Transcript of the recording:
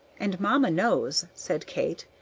and mamma knows, said kate,